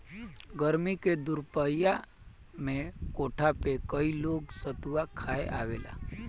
गरमी के दुपहरिया में घोठा पे कई लोग सतुआ खाए आवेला